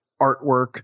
artwork